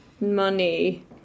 money